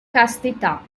castità